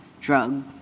drug